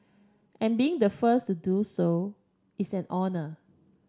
and being the first to do so is an honour